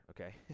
okay